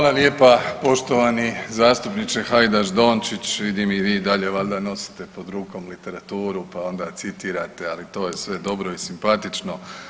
Hvala lijepa poštovani zastupniče Hajdaš Dončić, vidim i vi i dalje valjda nosite pod rukom literaturu pa onda citirate, ali to je sve dobro i simpatično.